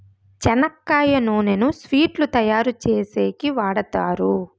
చెనక్కాయ నూనెను స్వీట్లు తయారు చేసేకి వాడుతారు